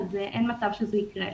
אין מצב שזה יקרה לי,